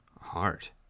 heart